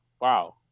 Wow